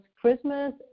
Christmas